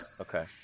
Okay